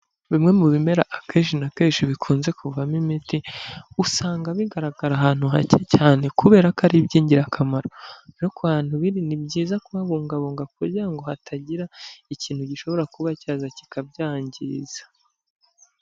Bimwe m'ibimera akenshi na kenshi bikunze kuvamo imiti usanga bigaragara ahantu hake cyane kubera ko ari iby'ingirakamaro no ku hantu biri ni byiza kuhabungabunga kugira ngo hatagira ikintu gishobora kuba cyaza kikabyangiza.